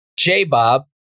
J-Bob